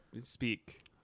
speak